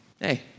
Hey